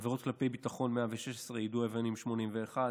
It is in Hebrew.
עבירות כלפי ביטחון, 116, יידוי אבנים, 81,